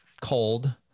cold